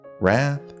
wrath